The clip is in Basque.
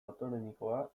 autonomikoa